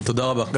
כן תודה רבה, כן.